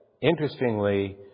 interestingly